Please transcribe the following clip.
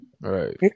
right